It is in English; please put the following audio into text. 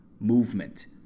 movement